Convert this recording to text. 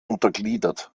untergliedert